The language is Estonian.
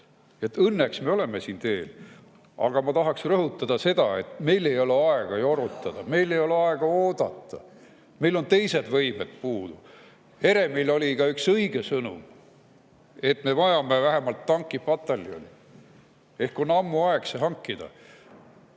Õnneks me oleme sinna teel. Aga ma tahaksin rõhutada seda, et meil ei ole aega jorutada, meil ei ole aega oodata. Meil on ka teised võimed puudu. Heremil oli ka üks õige sõnum: me vajame vähemalt tankipataljoni. Ehk on ammu aeg see hankida?